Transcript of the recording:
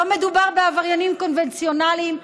לא מדובר בעבריינים קונבנציונליים,